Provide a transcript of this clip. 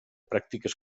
pràctiques